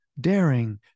daring